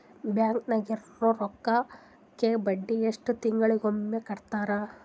Bank ನಾಗಿರೋ ರೊಕ್ಕಕ್ಕ ಬಡ್ಡಿ ಎಷ್ಟು ತಿಂಗಳಿಗೊಮ್ಮೆ ಕೊಡ್ತಾರ?